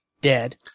dead